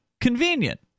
convenient